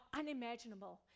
unimaginable